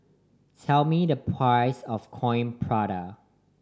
tell me the price of Coin Prata